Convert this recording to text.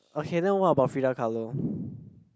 okay then what about Frida-Kahlo